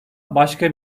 başka